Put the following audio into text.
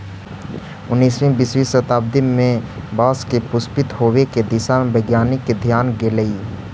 उन्नीसवीं बीसवीं शताब्दी में बाँस के पुष्पित होवे के दिशा में वैज्ञानिक के ध्यान गेलई